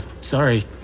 sorry